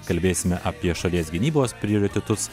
kalbėsime apie šalies gynybos prioritetus